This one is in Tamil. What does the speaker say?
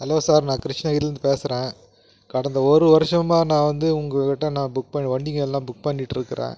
ஹலோ சார் நான் கிருஷ்ணகிரிலேருந்து பேசறேன் கடந்த ஒரு வருஷமாக நான் வந்து உங்கள்கிட்ட நான் புக் பண்ணி வண்டிகள்லாம் புக் பண்ணிட்டிருக்குறேன்